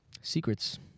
Secrets